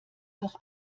doch